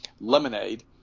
lemonade